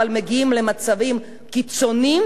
אבל מגיעים למצבים קיצוניים